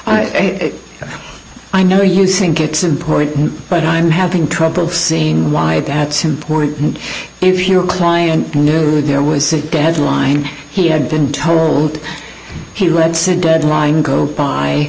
and i know you think it's important but i'm having trouble seeing why that's important if your client knew there was sick deadline he had been told he lets it deadline code by